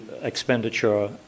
expenditure